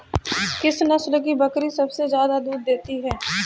किस नस्ल की बकरी सबसे ज्यादा दूध देती है?